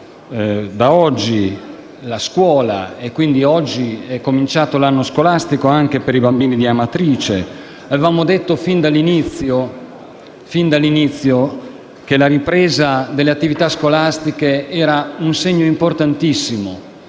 da oggi la scuola e quindi l'anno scolastico è cominciato anche per i bambini di Amatrice. Avevamo detto fin dall'inizio che la ripresa delle attività scolastiche era un segno importantissimo,